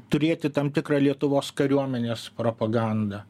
turėti tam tikrą lietuvos kariuomenės propagandą